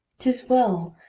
tis well,